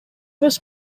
was